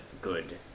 good